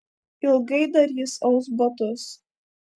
ilgai dar jis aus batus